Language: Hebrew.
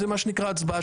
זה מה שנקרא הצבעה